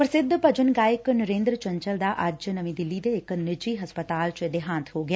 ਪ੍ਰਸਿੱਧ ਭਜਨ ਗਾਇਕ ਨਰੇਂਦਰ ਚੰਚਲ ਦਾ ਅੱਜ ਦਿੱਲੀ ਦੇ ਇਕ ਨਿੱਜੀ ਹਸਪਤਾਲ ਚ ਦੇਹਾਂਤ ਹੋ ਗਿਆ